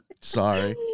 Sorry